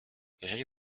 jeżeli